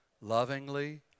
lovingly